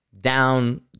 down